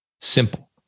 Simple